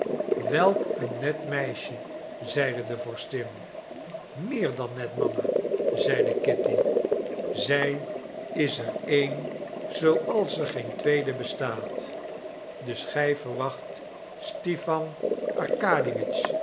welk een net meisje zeide de vorstin meer dan net mama zeide kitty zij is er een zooals er geen tweede bestaat dus gij verwacht stipan